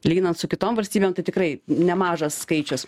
lyginant su kitom valstybėm tai tikrai nemažas skaičius